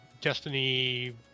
Destiny